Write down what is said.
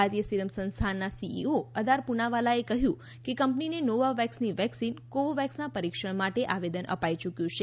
ભારતીય સીરમ સંસ્થાનના સીઇઓ અદાર પૂનાવાલાએ કહ્યું કે કંપનીને નોવાવેક્સની વેક્સિન કોવોવેક્સના પરિક્ષણ માટે આવેદન અપાઇ યૂક્યું છે